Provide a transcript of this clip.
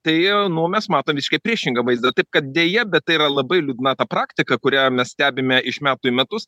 tai nuo mes matome visiškai priešingą vaizdą taip kad deja bet tai yra labai liūdna ta praktika kurią mes stebime iš metų į metus